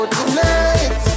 tonight